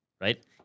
right